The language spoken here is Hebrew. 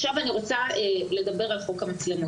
עכשיו אני רוצה לדבר על חוק המצלמות.